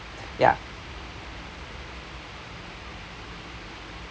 ya